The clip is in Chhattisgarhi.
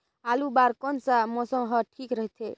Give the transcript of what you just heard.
आलू बार कौन सा मौसम ह ठीक रथे?